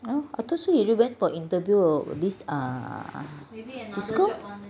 I thought say he went for interview err for this err Cisco